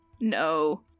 No